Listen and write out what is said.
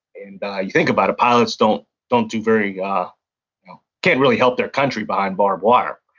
and you think about it, pilots don't don't do very, yeah can't really help their country behind barbed wire,